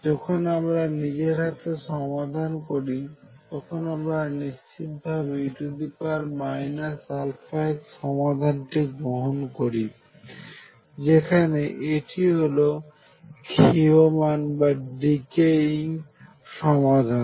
যখন আমরা নিজের হাতে সমাধান করি তখন আমরা নিশ্চিতভাবে e αx সমাধানটি গ্রহণ করি যেখানে এটি হলো ক্ষীয়মান সমাধান